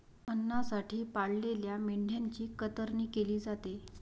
अन्नासाठी पाळलेल्या मेंढ्यांची कतरणी केली जाते